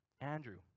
Andrew